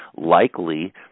likely